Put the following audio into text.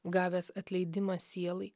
gavęs atleidimą sielai